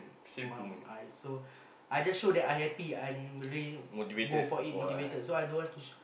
mum eyes so I just show that I happy I'm really go for it motivated so I don't want to